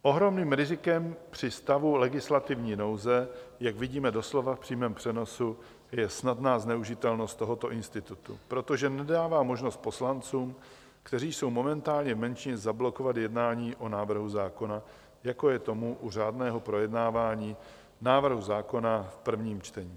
Ohromným rizikem při stavu legislativní nouze, jak vidíme doslova v přímém přenosu, je snadná zneužitelnost tohoto institutu, protože nedává možnost poslancům, kteří jsou v menšině, zablokovat jednání o návrhu zákona, jako je tomu u řádného projednávání návrhu zákona v prvním čtení.